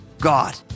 God